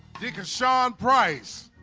deacon sean price